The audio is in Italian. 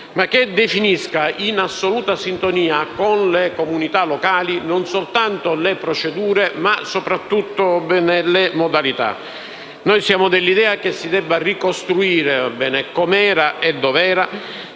sì che definiscano, in assoluta sintonia con le comunità locali, non soltanto - per l'appunto - le procedure ma soprattutto le modalità. Siamo dell'idea che si debba ricostruire com'era e dov'era,